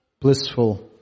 blissful